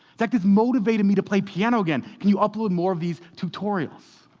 zach, this motivated me to play piano again. can you upload more of these tutorials?